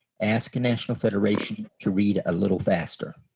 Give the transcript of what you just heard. ask national federation to read a little faster.